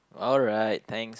alright thanks